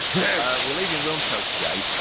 yeah we're leaving wilmcore today.